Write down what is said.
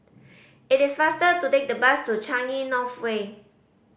it is faster to take the bus to Changi North Way